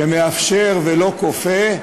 שמאפשר ולא כופה,